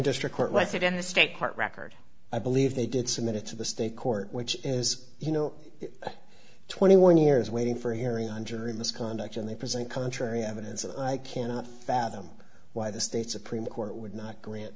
district court was it in the state part record i believe they did submit it to the state court which is you know twenty one years waiting for a hearing on jury misconduct and they present contrary evidence i cannot fathom why the state supreme court would not grant